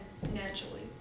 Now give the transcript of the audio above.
financially